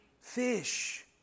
fish